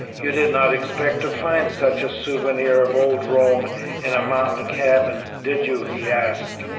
you did not expect to find such a souvenir of old rome in a mountain cabin, did you? he asked.